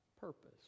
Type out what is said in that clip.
purpose